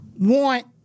want